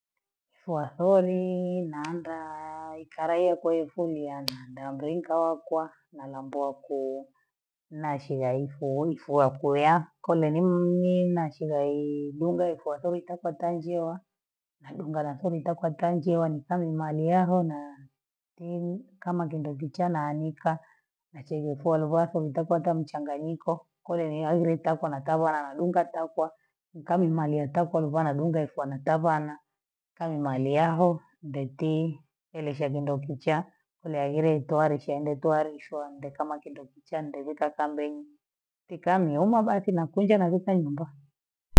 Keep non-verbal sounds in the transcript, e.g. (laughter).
Shwa kweli, maanda ikala iyo kwetu ni a (noise) nda ngoinka wakwa, namwambwa ku nashivaifu ifua kuya, kole ni mashivai linga haikuafeli kata tanjia, nadunnga nakole takakwanjia nifanye maliagho na temu kama kindo kichaa na anika, na chelipua livwatho litaku hata mchanganyiko, kule ni agileti hapa na tabhana, nadunga sasa nikani maliatakwa nilikuwa nadunga ofsa matavana, kama mali hao, ndeti elisha kindo kichaa, kulagile litwarusha ende twarushwa ndekama kindo kichaa mtebheka samboini. Teka niwamobaki nakunja nakuta nyumbaa.